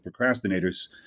procrastinators